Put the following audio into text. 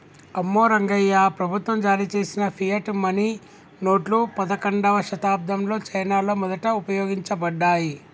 అమ్మో రంగాయ్యా, ప్రభుత్వం జారీ చేసిన ఫియట్ మనీ నోట్లు పదకండవ శతాబ్దంలో చైనాలో మొదట ఉపయోగించబడ్డాయి